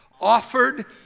Offered